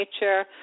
nature